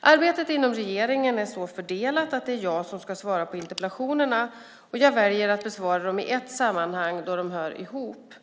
Arbetet inom regeringen är så fördelat att det är jag som ska svara på interpellationerna. Jag väljer att besvara dem i ett sammanhang då de hör ihop.